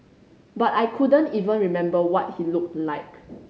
but I couldn't even remember what he looked like